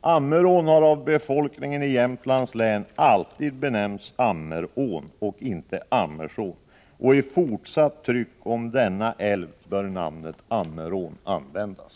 Ammerån har av befolkningen i Jämtlands län alltid benämnts Ammerån och inte Ammersån. I fortsatt tryck om denna älv bör namnet Ammerån användas.